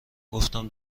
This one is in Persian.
گفتم